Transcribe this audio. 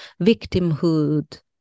victimhood